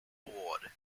ward